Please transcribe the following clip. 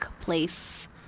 place